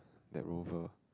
that Rover